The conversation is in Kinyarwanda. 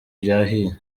byahiye